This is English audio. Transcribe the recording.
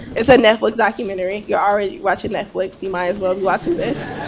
it's a netflix documentary. you're already watching netflix, you might as well be watching this.